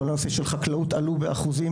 כל הנושא של חקלאות עלו באחוזים,